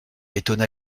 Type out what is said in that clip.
étonna